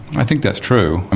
i think that's true. and